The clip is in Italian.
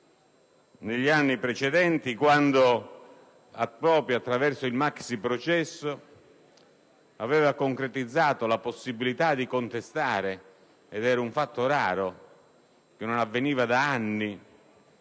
negli anni precedenti, quando proprio attraverso il maxiprocesso aveva concretizzato la possibilità di contestare - ed era un fatto raro che non avveniva da anni